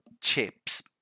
chips